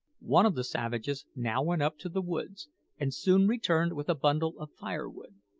one of the savages now went up to the woods and soon returned with a bundle of firewood,